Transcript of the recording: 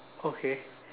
okay